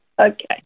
Okay